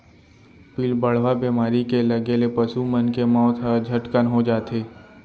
पिलबढ़वा बेमारी के लगे ले पसु मन के मौत ह झटकन हो जाथे